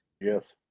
Yes